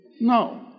No